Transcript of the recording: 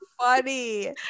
funny